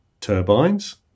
turbines